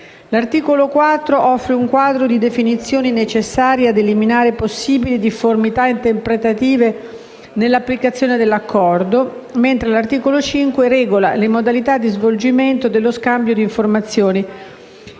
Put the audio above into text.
L'articolo 4 offre un quadro di definizioni necessarie a eliminare possibili difformità interpretative nell'applicazione dell'Accordo, mentre l'articolo 5 regola le modalità di svolgimento dello scambio di informazioni